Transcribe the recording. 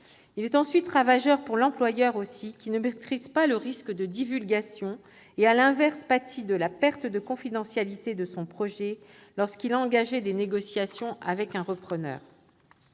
Il est ravageur aussi pour l'employeur, qui ne maîtrise pas le risque de divulgation et, à l'inverse, pâtit de la perte de confidentialité de son projet lorsqu'il a engagé des négociations avec un repreneur.